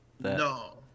no